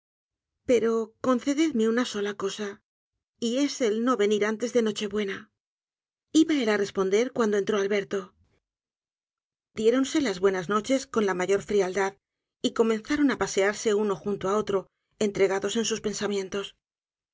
pero concedme ima sola cosa y es el no venir antes de la noche-buena iba él á responder cuando entró alberto diéronse las buenas noches con la mayor frialdad y comenzaron á pasearse uno junto á otro entregados á sus pensamientos